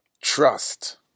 trust